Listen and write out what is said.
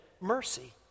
mercy